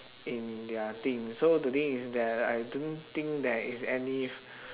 in their thing so the thing is that I don't think there is any